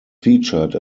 featured